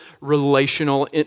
relational